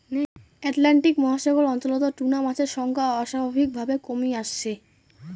Atlantic মহাসাগর অঞ্চলত tuna মাছের সংখ্যা অস্বাভাবিকভাবে কমি আসছে